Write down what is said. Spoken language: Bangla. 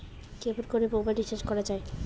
কেমন করে মোবাইল রিচার্জ করা য়ায়?